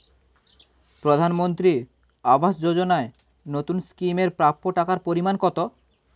প্রধানমন্ত্রী আবাস যোজনায় নতুন স্কিম এর প্রাপ্য টাকার পরিমান কত?